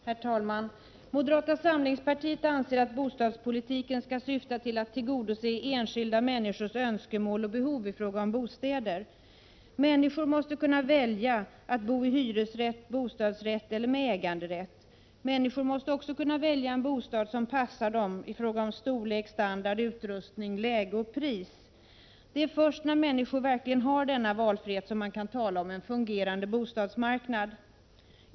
Herr talman! Moderata samlingspartiet anser att bostadspolitiken skall syfta till att tillgodose enskilda människors önskemål och behov i fråga om bostäder. Människor måste kunna välja att bo i hyresrätt, bostadsrätt eller med äganderätt. Människor måste också kunna välja en bostad som passar dem i fråga om storlek, standard, utrustning, läge och pris. Det är först när människor verkligen har denna valfrihet som man kan tala om en fungerande bostadsmarknad.